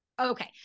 Okay